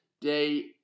day